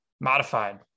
Modified